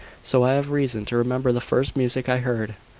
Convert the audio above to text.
so i have reason to remember the first music i heard.